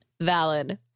Valid